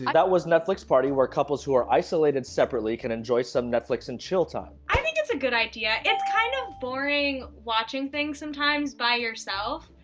that was netflix party, where couples who are isolated separately can enjoy some netflix and chill time. i think it's a good idea. it's kind of boring watching things sometimes by yourself.